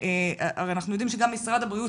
הרי אנחנו יודעים שגם משרד הבריאות